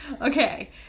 Okay